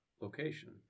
location